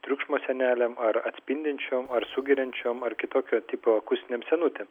triukšmo sienelėm ar atspindinčiom ar sugeriančiom ar kitokio tipo akustinėm senutėm